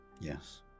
Yes